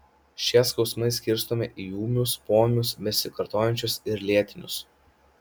šie skausmai skirstomi į ūmius poūmius besikartojančius ir lėtinius